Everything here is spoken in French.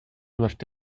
doivent